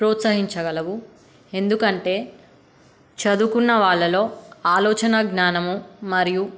ప్రోత్సహించగలవు ఎందుకంటే చదువుకున్న వాళ్ళలో ఆలోచనా జ్ఞానము మరియు